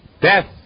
death